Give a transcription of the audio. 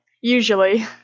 usually